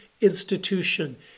institution